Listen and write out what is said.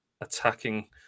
attacking